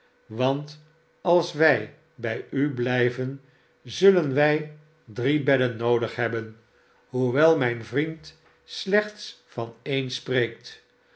want als wij bij u blijven zullen wij drie bedden noodig hebben hoewel mijn vriend slechts van edn spreekt